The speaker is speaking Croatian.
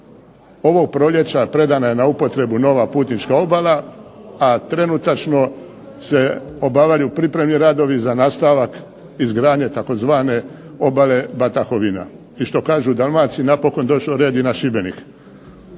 ovog proljeća predana je na upotrebu nova putnička obala, a trenutačno se obavljaju pripremni radovi za nastavak izgradnje tzv. obale Batahovina i što kažu u Dalmaciji napokon je došao red i na Šibenik.